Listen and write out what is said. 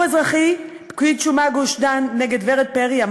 בערעור אזרחי פקיד שומה גוש-דן נ' ורד פרי,